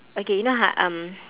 okay you know how h~ um